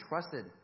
trusted